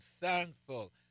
thankful